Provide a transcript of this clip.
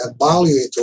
evaluate